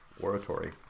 oratory